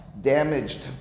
damaged